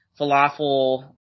falafel